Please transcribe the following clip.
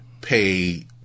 pay